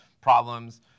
problems